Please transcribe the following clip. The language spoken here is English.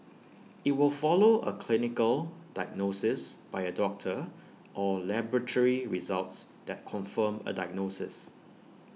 IT will follow A clinical diagnosis by A doctor or laboratory results that confirm A diagnosis